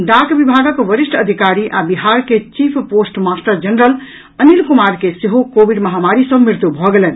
डाक विभागक वरिष्ठ अधिकारी आ बिहार के chief post master general Anil Kumar के सेहो कोविड महामारी सँ मृत्यु भऽ गेलनि